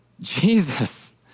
Jesus